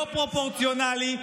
לא פרופורציונלי,